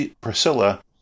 Priscilla